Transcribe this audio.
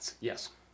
Yes